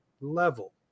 level